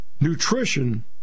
nutrition